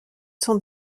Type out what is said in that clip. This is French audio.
sont